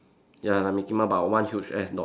ya like mickey mouse but one huge ass dots